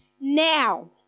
now